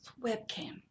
Webcam